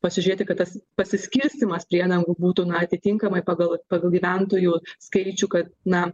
pasižiūrėti kad tas pasiskirstymas priedangų būtų na atitinkamai pagal pagal gyventojų skaičių kad na